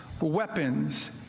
weapons